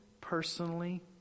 personally